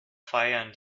feiern